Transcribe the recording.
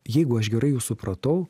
jeigu aš gerai jus supratau